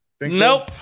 Nope